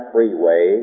Freeway